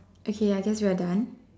okay I guess you are done